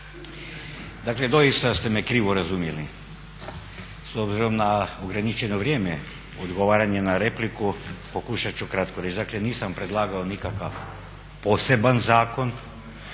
Dakle doista ste me krivo razumjeli. S obzirom na ograničeno vrijeme odgovaranja na repliku pokušat ću kratko reći dakle nisam predlagao nikakav poseban zakon,